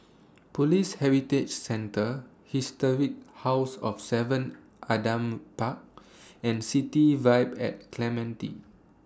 Police Heritage Centre Historic House of seven Adam Park and City Vibe At Clementi